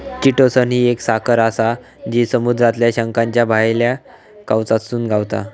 chitosan ही एक साखर आसा जी समुद्रातल्या शंखाच्या भायल्या कवचातसून गावता